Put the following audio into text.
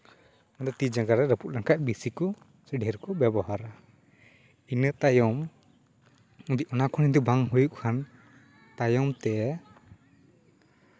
ᱛᱤ ᱡᱟᱸᱜᱟ ᱠᱚ ᱨᱟᱹᱯᱩᱫ ᱞᱮᱱᱠᱷᱟᱱ ᱵᱮᱥᱤ ᱠᱚ ᱥᱮ ᱰᱷᱮᱨ ᱠᱚ ᱵᱮᱵᱚᱦᱟᱨᱟ ᱤᱱᱟᱹ ᱛᱟᱭᱚᱢ ᱡᱩᱫᱤ ᱚᱱᱟ ᱠᱷᱚᱱ ᱵᱟᱝ ᱦᱩᱭᱩᱜ ᱠᱷᱟᱱ ᱛᱟᱭᱚᱢᱛᱮ